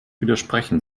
widersprechen